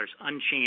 unchanged